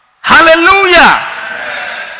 Hallelujah